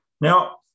now